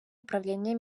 управлінні